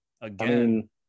again